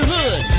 Hood